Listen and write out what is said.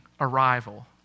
arrival